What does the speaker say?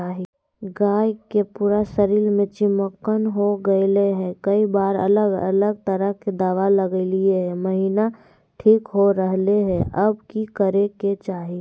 गाय के पूरा शरीर में चिमोकन हो गेलै है, कई बार अलग अलग तरह के दवा ल्गैलिए है महिना ठीक हो रहले है, अब की करे के चाही?